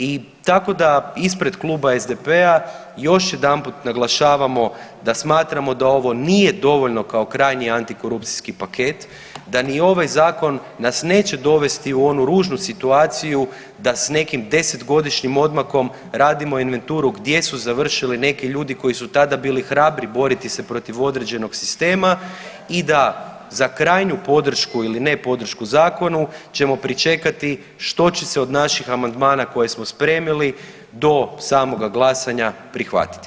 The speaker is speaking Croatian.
I tako da ispred Kluba SDP-a još jedanput naglašavamo da smatramo da ono nije dovoljno kao krajnji antikorupcijski paket, da ni ovaj zakon nas neće dovesti u onu ružnu situaciju da se nekom desetgodišnjim odmakom radimo inventuru gdje su završili neki ljudi koji su tada bili hrabri boriti se protiv određenog sistema i da za krajnju podršku ili ne podršku zakonu ćemo pričekati što će se od naših amandmana koje smo spremili do samoga glasanja prihvatiti.